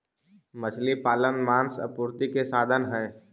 मछली पालन मांस आपूर्ति के साधन हई